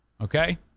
okay